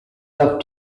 have